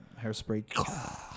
hairspray